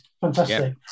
fantastic